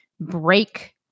break